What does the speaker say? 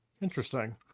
Interesting